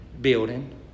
building